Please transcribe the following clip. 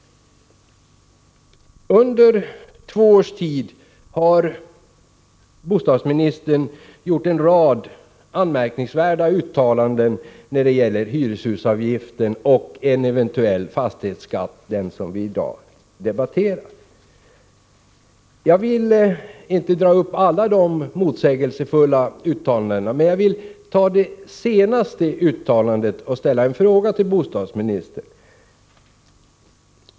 Under två års tid har bostadsministern gjort en rad anmärkningsvärda uttalanden när det gäller hyreshusavgiften och en eventuell fastighetsskatt — den som vi i dag debatterar. Jag vill inte ta upp alla motsägelsefulla uttalanden, men jag skall ta upp det senaste uttalandet och ställa en fråga till bostadsministern.